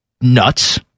nuts